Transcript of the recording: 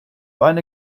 eine